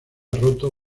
roto